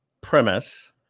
premise